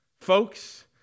Folks